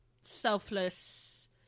selfless